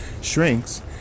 shrinks